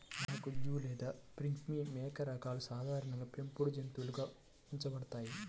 మరగుజ్జు లేదా పిగ్మీ మేక రకాలు సాధారణంగా పెంపుడు జంతువులుగా ఉంచబడతాయి